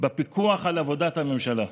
בפיקוח על עבודת הממשלה.